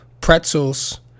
pretzels